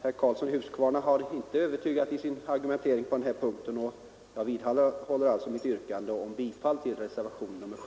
Herr Karlsson i Huskvarna har inte övertygat i sin argumentering på denna punkt, och jag vidhåller därför mitt yrkande om bifall till reservationen 7.